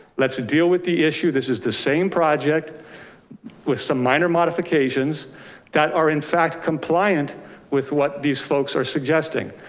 let's deal with the issue. this is the same project with some minor modifications that are in fact compliant with what these folks are suggesting.